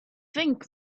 think